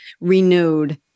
renewed